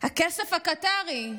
הכסף הקטרי,